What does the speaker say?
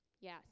Yes